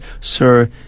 sir